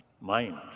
mind